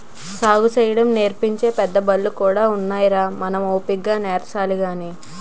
సాగుసేయడం నేర్పించే పెద్దబళ్ళు కూడా ఉన్నాయిరా మనం ఓపిగ్గా నేర్చాలి గాని